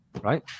right